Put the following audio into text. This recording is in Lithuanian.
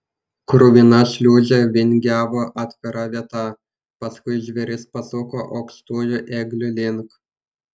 kruvina šliūžė vingiavo atvira vieta paskui žvėris pasuko aukštųjų eglių link